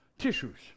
tissues